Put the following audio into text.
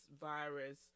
virus